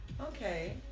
Okay